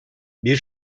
bir